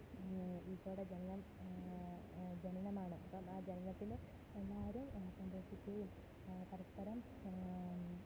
ഈശോയുടെ ജനനം ആ ജനനമാണ് അപ്പോള് ആ ജനനത്തില് എല്ലാവരും സന്തോഷിക്കുകയും പരസ്പരം